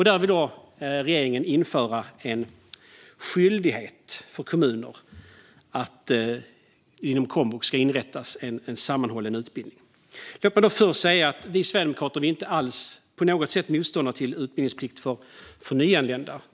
Där vill regeringen införa en skyldighet för kommuner att inom komvux inrätta en sammanhållen utbildning. Låt mig säga att vi sverigedemokrater inte på något sätt är motståndare till utbildningsplikt för nyanlända.